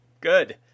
Good